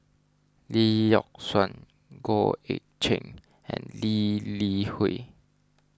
Lee Yock Suan Goh Eck Kheng and Lee Li Hui